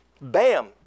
bam